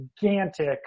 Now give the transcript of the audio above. gigantic